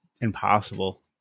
impossible